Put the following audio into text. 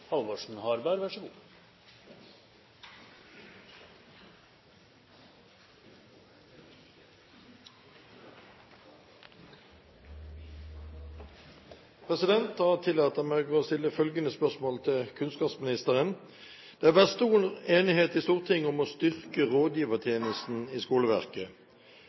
Da tillater jeg meg å stille følgende spørsmål til kunnskapsministeren: «Det har vært stor enighet i Stortinget om å styrke rådgivertjenesten i skoleverket.